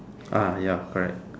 ah ya correct